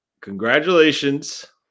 Congratulations